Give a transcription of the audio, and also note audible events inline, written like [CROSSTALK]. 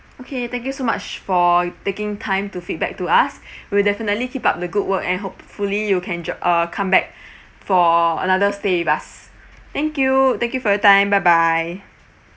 okay thank you so much for taking time to feedback to us [BREATH] we'll definitely keep up the good work and hopefully you can drop uh comeback [BREATH] for another stay with us thank you thank you for your time bye bye